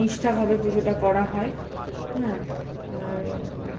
নিষ্ঠাভাবে পুজোটা করা হয় হ্যাঁ আর